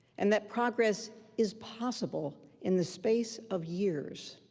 and that progress is possible in the space of years,